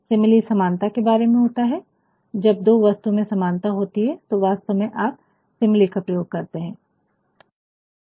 simile समानता के बारे में होता है जब दो वस्तओं में समानता होती है तो वास्तव में आप सिमिली का प्रयोग करते है